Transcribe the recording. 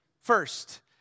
First